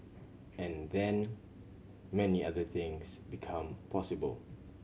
and then many other things become possible